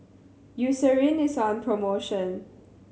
Eucerin is on promotion